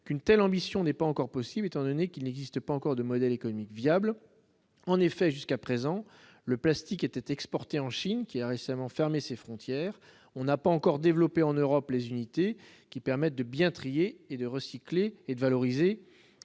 qu'une telle ambition n'est pas encore possible étant donné qu'il n'existe pas encore de modèle économique viable en effet jusqu'à présent, le plastique étaient exportés en Chine qui a récemment fermé ses frontières, on n'a pas encore développé en Europe les unités qui permettent de bien trier et de recycler et de valoriser